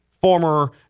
former